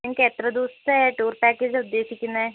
നിങ്ങൾക്കെത്ര ദിവസത്തെ ടൂർ പാക്കേജാ ഉദ്ദേശിക്കുന്നത്